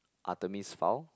Artemis Fowl